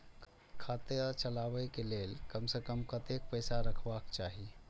खाता चलावै कै लैल कम से कम कतेक पैसा जमा रखवा चाहि